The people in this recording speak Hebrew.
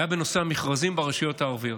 בנושא המכרזים ברשויות הערביות.